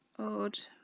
odd